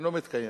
אינו מתקיים,